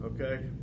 okay